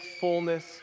fullness